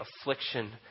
affliction